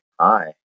Hi